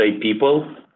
people